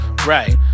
right